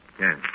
Yes